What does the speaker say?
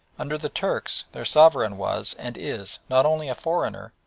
under the turks their sovereign was, and is, not only a foreigner,